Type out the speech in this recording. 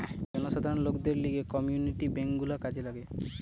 জনসাধারণ লোকদের লিগে কমিউনিটি বেঙ্ক গুলা কাজে লাগে